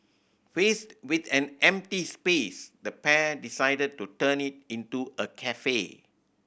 faced with an empty space the pair decided to turn it into a cafe